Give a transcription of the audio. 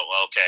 okay